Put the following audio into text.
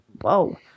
whoa